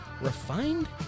Refined